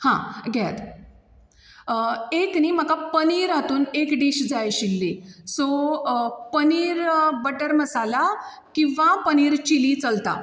हां घेयात एक नी म्हाका पनीर हातून एक डीश जाय आशिल्ली सो पनीर बटर मसाला किंवां पनीर चिली चलता